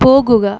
പോകുക